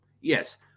Yes